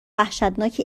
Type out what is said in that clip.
وحشتناکی